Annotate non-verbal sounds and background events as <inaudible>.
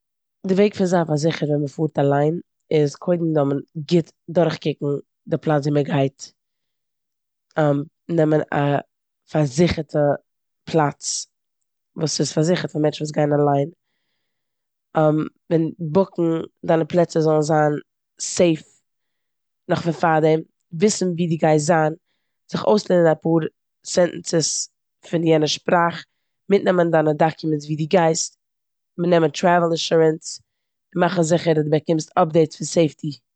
די וועג פון זיין פארזיכערט ווען מ'פארט אליין איז קודם זאל מען גוט דורכקוקן די פלאץ ווי מ'גייט, <hesitation> נעמען א פארזיכערטע פלאץ וואס איזפארזיכערט פאר מענטשן וואס גייען אליין <hesitation> ווען בוקן דיינע פלעצער זאלן סעיף נאך פון פארדעם, וויסן ווי די גייסט זיין, זיך אויסלערנען אפאר סענטענסעס פון יענע שפראך, מיטנעמען דיינע דאקומענטס ווי די גייסט, מיטנעמען טרעוועל אינשורענס און מאכן זיכער די באקומסט אפדעיטס פון סעיפטי.